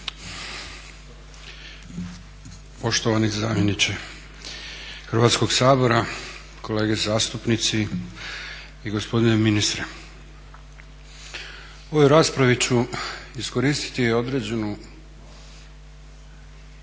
Poštovani zamjeniče Hrvatskog sabora, kolege zastupnici i gospodine ministre. U ovoj raspravi ću iskoristiti i određenu